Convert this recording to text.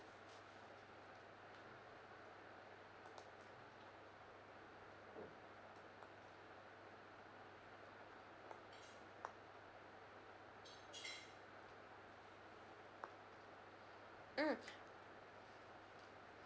mm